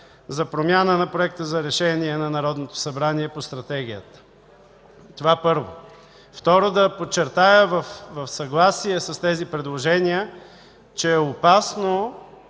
за промяна на Проекта за решение на Народното събрание по Стратегията. Това – първо. Второ, да подчертая в съгласие с тези предложения, че е опасно